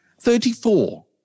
Thirty-four